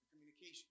Communication